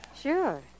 Sure